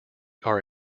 are